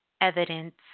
evidence